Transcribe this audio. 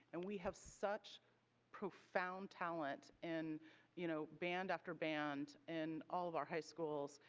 and we have such profound talent in you know band after band in all of our high schools.